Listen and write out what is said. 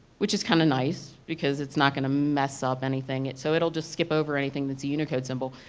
which is kind of nice because it's not going to mess up anything? it so it will just keep up over anything that's a unicode symbol.